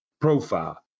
profile